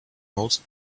most